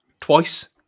twice